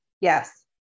yes